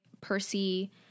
Percy